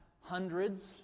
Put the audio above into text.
hundreds